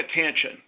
attention